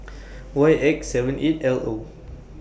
Y X seven eight L O